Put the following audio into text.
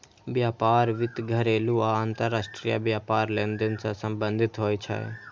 व्यापार वित्त घरेलू आ अंतरराष्ट्रीय व्यापार लेनदेन सं संबंधित होइ छै